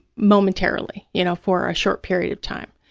momentarily, you know, for a short period of time.